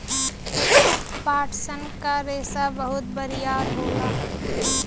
पटसन क रेसा बहुत बरियार होला